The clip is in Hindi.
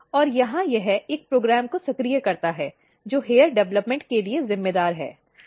और यहां यह एक प्रोग्राम को सक्रिय करता है जो हेयर डेवलपमेंट के लिए जिम्मेदार है